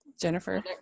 jennifer